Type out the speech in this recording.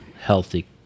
healthy